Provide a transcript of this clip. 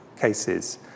cases